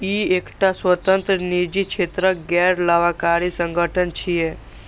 ई एकटा स्वतंत्र, निजी क्षेत्रक गैर लाभकारी संगठन छियै